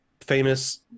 famous